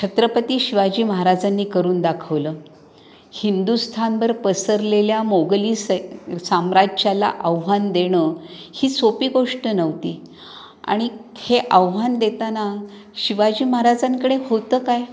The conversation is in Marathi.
छत्रपती शिवाजी महाराजांनी करून दाखवलं हिंदुस्थानभर पसरलेल्या मोगली सै साम्राज्याला आव्हान देणं ही सोपी गोष्ट नव्हती आणि हे आव्हान देताना शिवाजी महाराजांकडे होतं काय